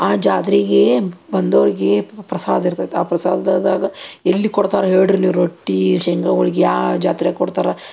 ಆ ಜಾತ್ರೆಗೆ ಬಂದೋರಿಗೆ ಪ್ರಸಾದ ಇರ್ತೈತೆ ಆ ಪ್ರಸಾದದಾಗ ಎಲ್ಲಿ ಕೊಡ್ತಾರೆ ಹೇಳಿ ರೀ ನೀವು ರೊಟ್ಟಿ ಶೇಂಗಾ ಹೋಳ್ಗೆ ಯಾವ ಜಾತ್ರೆಗೆ ಕೊಡ್ತಾರೆ